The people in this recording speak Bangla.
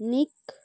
নাইকি